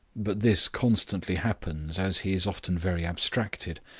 but this constantly happens, as he is often very abstracted.